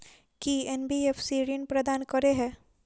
की NBFC ऋण प्रदान करे है?